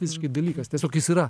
visiškai dalykas tiesiog jis yra